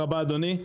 תודה רבה, אדוני.